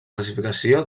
classificació